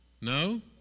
No